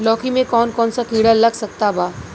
लौकी मे कौन कौन सा कीड़ा लग सकता बा?